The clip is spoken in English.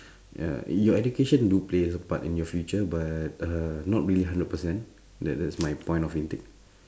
ya your education do play a part in your future but uh not really hundred percent that that's my point of intake